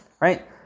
right